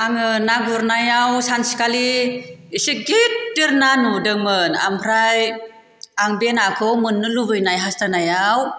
आङो ना गुरनायाव सानसेखालि एसे गिदिर ना नुदोंमोन आमफ्राय आं बे नाखौ मोननो लुगैनाय हास्थानायाव